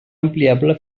ampliable